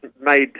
made